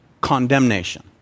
condemnation